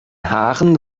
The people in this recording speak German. haaren